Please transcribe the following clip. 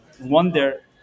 Wonder